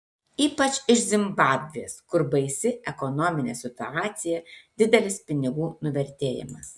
ypač iš zimbabvės kur baisi ekonominė situacija didelis pinigų nuvertėjimas